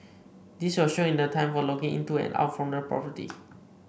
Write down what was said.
this was shown in the time for logging into and out from the property